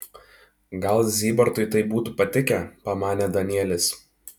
gal zybartui tai būtų patikę pamanė danielis